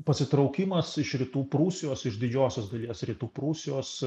pasitraukimas iš rytų prūsijos iš didžiosios dalies rytų prūsijos